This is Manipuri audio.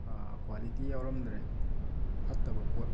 ꯀ꯭ꯋꯥꯂꯤꯇꯤ ꯌꯥꯎꯔꯝꯗ꯭ꯔꯦ ꯐꯠꯇꯕ ꯄꯣꯠ